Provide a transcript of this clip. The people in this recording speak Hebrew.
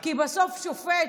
כי בסוף שופט,